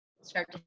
start